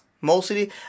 mostly